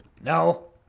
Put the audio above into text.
No